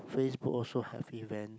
Facebook also have event